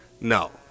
No